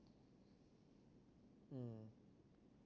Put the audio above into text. mm